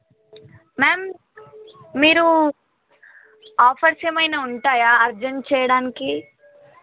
ma'am మీరు offers ఏమైనా ఉంటాయా అర్జెంట్ చేయడానికి